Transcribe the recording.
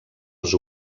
els